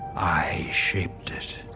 i shaped it.